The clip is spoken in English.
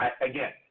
again